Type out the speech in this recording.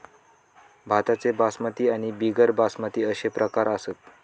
भाताचे बासमती आणि बिगर बासमती अशे प्रकार असत